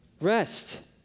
rest